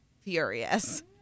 furious